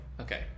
Okay